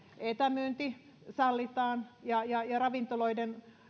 etämyynti sallitaan ja ja ravintoloiden